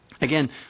Again